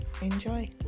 enjoy